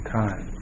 time